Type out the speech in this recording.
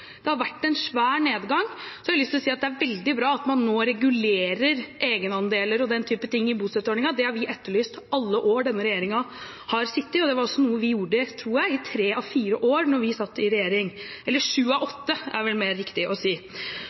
Det har vært en stor nedgang. Men jeg har lyst å si at det er veldig bra at man nå regulerer egenandeler og den typen ting i bostøtteordningen. Det har vi etterlyst alle årene denne regjeringen har sittet, og det var også noe vi gjorde – tror jeg – i sju av de åtte årene vi satt i regjering. Men det blir altså færre mottakere til neste år, og det vi får klare tilbakemeldinger om, er